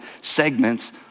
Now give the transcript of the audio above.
segments